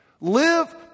Live